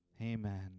Amen